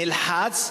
נלחץ,